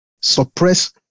suppress